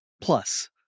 Plus